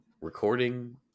recording